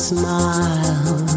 smile